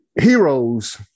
Heroes